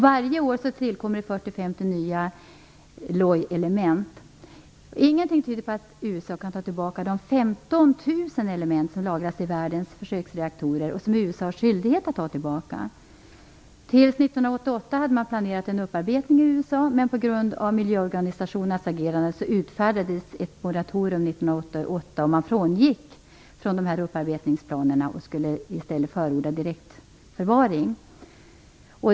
Varje år tillkommer 40-50 nya LEU-element. Ingenting tyder på att USA kan ta tillbaka de 15 000 element som lagras i världens försöksreaktorer, som USA har skyldighet att ta tillbaka. Till 1998 hade man planerat en upparbetning i USA, men på grund av miljöorganisationernas agerande utfärdades ett moratorium 1988. Därför frångick man upparbetningsplanerna och förordade i stället direktförvaring.